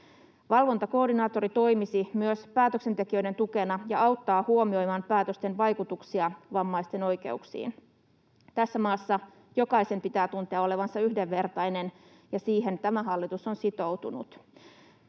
Valvontakoordinaattori toimisi myös päätöksentekijöiden tukena ja auttaa huomioimaan päätösten vaikutuksia vammaisten oikeuksiin. Tässä maassa jokaisen pitää tuntea olevansa yhdenvertainen, ja siihen tämä hallitus on sitoutunut.